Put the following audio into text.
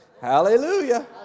Hallelujah